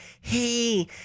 Hey